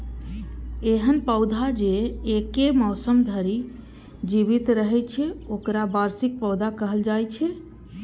एहन पौधा जे एके मौसम धरि जीवित रहै छै, ओकरा वार्षिक पौधा कहल जाइ छै